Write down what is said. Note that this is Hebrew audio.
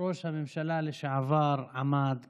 ראש הממשלה לשעבר עמד,